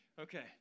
Okay